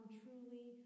truly